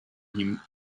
him